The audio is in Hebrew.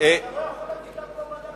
אי-אפשר להגיד לנו שלא בדקת את העניין.